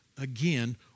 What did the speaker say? again